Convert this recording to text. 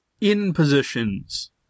in-positions